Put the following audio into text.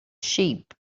sheep